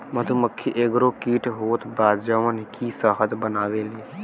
मधुमक्खी एगो कीट होत बा जवन की शहद बनावेले